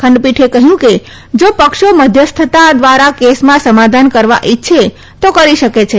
ખંડપીઠે કહ્યું કે જા પક્ષો મધ્યસ્થતા દ્વારા કેસમાં સમાધાન કરવા ઇચ્છે તો કરી શકે છે